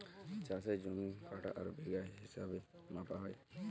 চাষের জমি কাঠা আর বিঘা হিছাবে মাপা হ্যয়